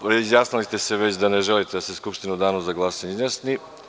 Izjasnili ste se već da ne želite da se Skupština u danu za glasanje izjasni.